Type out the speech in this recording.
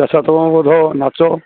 ଦେଶତ୍ମାକବୋଧ ନାଚ